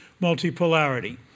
multipolarity